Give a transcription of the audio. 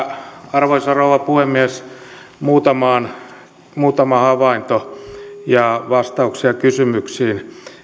arvoisa rouva puhemies muutama havainto ja vastauksia kysymyksiin